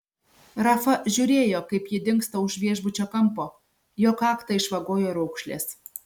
rafa žiūrėjo kaip ji dingsta už viešbučio kampo jo kaktą išvagojo raukšlės